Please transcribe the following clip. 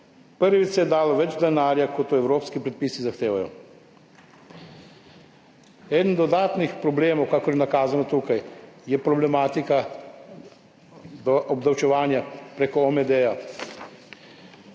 Prvič se je dalo več denarja kot to evropski predpisi zahtevajo. Eden dodatnih problemov, kakor je nakazano tukaj, je problematika do obdavčevanja preko OMD.